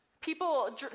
People